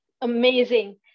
Amazing